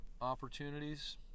opportunities